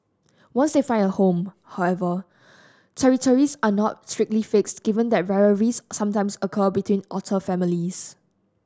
once they find a home however territories are not strictly fixed given that rivalries sometimes occur between otter families